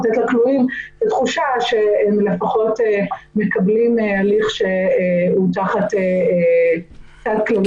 לתת לכלואים תחושה שלפחות הם מקבלים הליך שהוא --- הבנו.